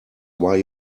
why